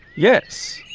yes